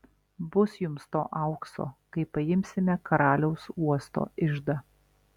bus jums to aukso kai paimsime karaliaus uosto iždą